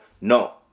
No